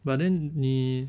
but then 你